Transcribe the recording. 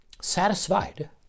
Satisfied